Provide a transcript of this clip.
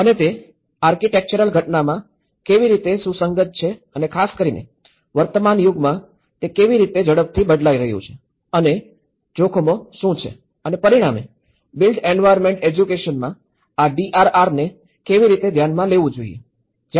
અને તે આર્કિટેક્ચરલ ઘટનામાં કેવી રીતે સુસંગત છે અને ખાસ કરીને વર્તમાન યુગમાં તે કેવી રીતે ઝડપથી બદલાઇ રહ્યું છે અને જોખમો શું છે અને પરિણામે બિલ્ટ એન્વાયર્નમેન્ટ એજ્યુકેશનમાં આ ડીઆરઆરને કેવી રીતે ધ્યાનમાં લેવું જોઈએ